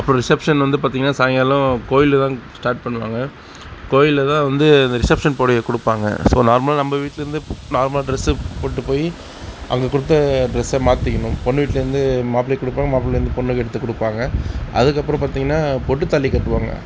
அப்புறம் ரிசப்ஷன் வந்து பார்த்தீங்கன்னா சாயங்காலம் கோயிலில் தான் ஸ்டார்ட் பண்ணுவாங்க கோயிலில் தான் வந்து அந்த ரிசப்ஷன் புடவைய கொடுப்பாங்க ஸோ நார்மல் நம்ப வீட்டிலேருந்தே நார்மலா டிரெஸ்ஸு போட்டு போய் அங்கே கொடுத்த டிரெஸ்ஸை மாற்றிக்கணும் பொண்ணு வீட்டிலேருந்து மாப்பிள்ளைக்கு கொடுப்பாங்க மாப்பிள்ளலேருந்து பொண்ணுக்கு எடுத்து கொடுப்பாங்க அதுக்கப்புறம் பார்த்தீங்கன்னா பொட்டு தாலி கட்டுவாங்க